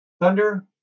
Thunder